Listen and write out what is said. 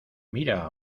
mira